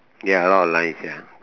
ya a lot of lines ya